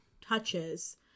touches